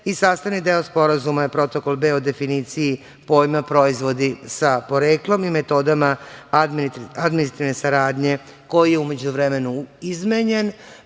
i sastavni deo Sporazuma je Protokol B o definiciji pojma proizvodi sa poreklom i metodama administrativne saradnje, koji je u međuvremenu izmenjen,